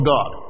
God